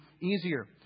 easier